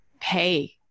pay